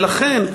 ולכן,